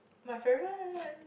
my favourite